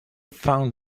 found